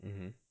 mmhmm